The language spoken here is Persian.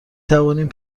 توانیم